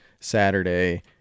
Saturday